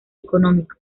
económico